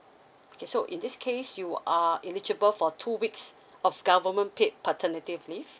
okay so in this case you are eligible for two weeks of government paid paternity leave